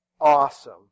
awesome